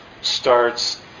starts